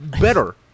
better